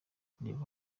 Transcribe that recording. reba